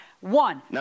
one